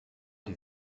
die